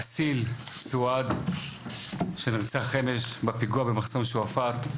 אסיל סואעד שנרצח אמש בפיגוע במחסום שועפאט,